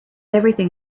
everything